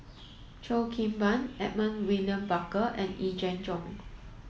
Cheo Kim Ban Edmund William Barker and Yee Jenn Jong